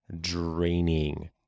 draining